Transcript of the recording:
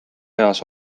eas